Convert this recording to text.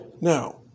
Now